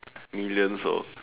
millions orh